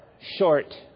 short